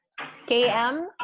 KM